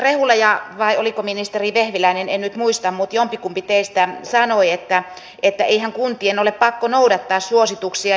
ministeri rehula vai oliko ministeri vehviläinen en nyt muista mutta jompikumpi teistä sanoi että eihän kuntien ole pakko noudattaa suosituksia